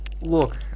Look